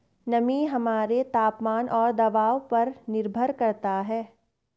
नमी हमारे तापमान और दबाव पर निर्भर करता है